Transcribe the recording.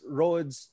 roads